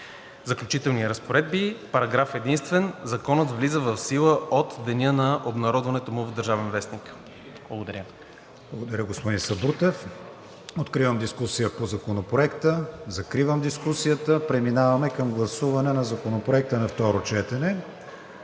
Заключителна разпоредба. Параграф единствен. Законът влиза в сила от деня на обнародването му в „Държавен вестник“.“ Благодаря. ПРЕДСЕДАТЕЛ КРИСТИАН ВИГЕНИН: Благодаря, господин Сабрутев. Откривам дискусия по Законопроекта. Закривам дискусията. Преминаваме към гласуване на Законопроекта на второ четене.